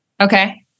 Okay